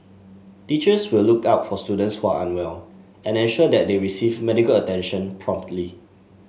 teachers will look out for students who are unwell and ensure that they receive medical attention promptly